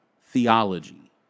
theology